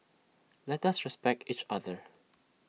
let us respect each other